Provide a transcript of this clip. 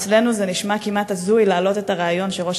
אצלנו זה נשמע כמעט הזוי להעלות את הרעיון שראש